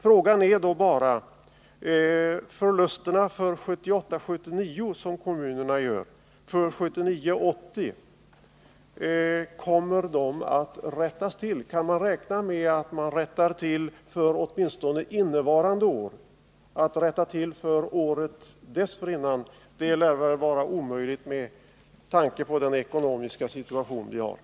Frågan är då bara: Kommer kommunernas förluster för 1978 80 att rättas till? Kan man räkna med att rättelse sker åtminstone för innevarande år? Att rätta till för året dessförinnan lär väl vara omöjligt med tanke på den nuvarande ekonomiska situationen.